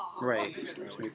Right